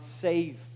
save